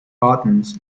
buttons